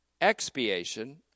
expiation